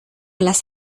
las